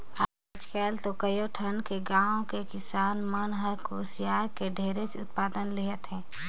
आयज काल तो कयो ठन गाँव के किसान मन ह कुसियार के ढेरेच उत्पादन लेहत हे